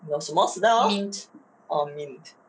your 什么死掉 liao oh mint